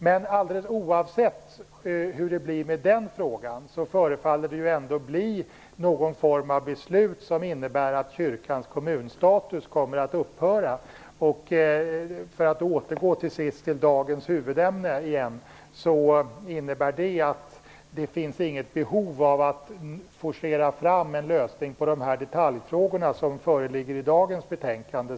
Men alldeles oavsett hur det blir med den frågan förefaller det att bli någon form av beslut som innebär att Kyrkans kommunstatus kommer att upphöra. För att, till sist, återgå till dagens huvudämne innebär det att det inte finns något behov av att forcera fram en lösning i de detaljfrågor som föreligger i dagens betänkande.